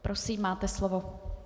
Prosím, máte slovo.